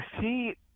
see